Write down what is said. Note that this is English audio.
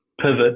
pivot